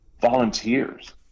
volunteers